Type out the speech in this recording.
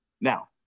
Now